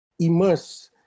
immerse